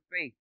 faith